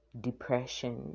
depression